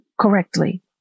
correctly